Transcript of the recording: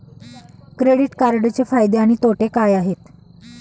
Credit कार्डचे फायदे आणि तोटे काय आहेत?